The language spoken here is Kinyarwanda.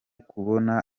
kubona